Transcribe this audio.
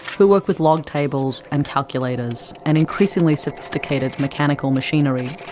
who worked with log tables, and calculators and increasingly sophisticated mechanical machinery.